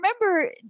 remember